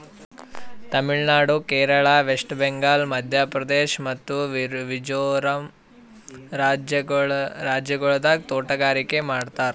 Tamil Nadu, Kerala, West Bengal, Madhya Pradesh ಮತ್ತ ಮಿಜೋರಂ ರಾಜ್ಯಗೊಳ್ದಾಗ್ ತೋಟಗಾರಿಕೆ ಮಾಡ್ತಾರ್